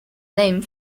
name